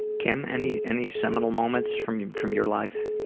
kim, any any seminal moments from from your life?